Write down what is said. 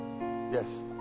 yes